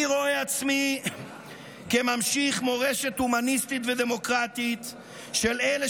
אני רואה עצמי כממשיך מורשת הומניסטית ודמוקרטית של אלה